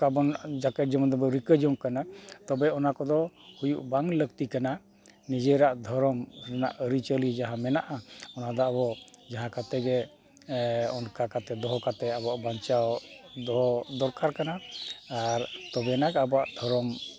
ᱱᱚᱝᱠᱟ ᱵᱚᱱ ᱡᱟᱠᱮ ᱡᱮᱢᱚᱱ ᱫᱚᱵᱚᱱ ᱨᱤᱠᱟᱹ ᱡᱚᱝ ᱠᱟᱱᱟ ᱛᱚᱵᱮ ᱚᱱᱟ ᱠᱚᱫᱚ ᱦᱩᱭᱩᱜ ᱵᱟᱝ ᱞᱟᱹᱠᱛᱤ ᱠᱟᱱᱟ ᱱᱤᱡᱮᱨᱟᱜ ᱫᱷᱚᱨᱚᱢ ᱨᱮᱱᱟᱜ ᱟᱹᱨᱤᱪᱟᱹᱞᱤ ᱡᱟᱦᱟᱸ ᱢᱮᱱᱟᱜᱼᱟ ᱚᱱᱟ ᱫᱚ ᱟᱵᱚ ᱡᱟᱦᱟᱸ ᱠᱟᱛᱮᱫ ᱜᱮ ᱚᱱᱠᱟ ᱠᱟᱛᱮᱫ ᱫᱚᱦᱚ ᱠᱟᱛᱮᱫ ᱟᱵᱚᱣᱟᱜ ᱵᱟᱧᱪᱟᱣ ᱫᱚᱦᱚ ᱫᱚᱨᱠᱟᱨ ᱠᱟᱱᱟ ᱟᱨ ᱛᱚᱵᱮ ᱟᱱᱟᱜ ᱟᱵᱚᱣᱟ ᱫᱷᱚᱨᱚᱢ